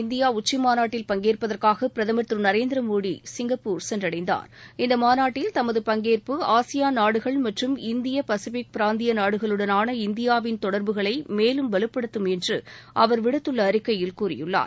India உச்சிமாநாட்டில் பங்கேற்பதற்காக பிரதமர் ஆசிபான் திரு நரேந்திர மோடி சிங்கப்பூர் சென்றடைந்தார் இந்த மாநாட்டில் தமது பங்கேற்பு ஆசியான் நாடுகள் மற்றும் இந்திய பசிபிக் பிராந்திய நாடுகளுடனான இந்தியாவின் தொடர்புகளை மேலும் வலுப்படுத்தும் என்று அவர் விடுத்துள்ள அறிக்கையில் கூறியுள்ளார்